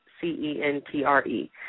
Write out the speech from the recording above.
C-E-N-T-R-E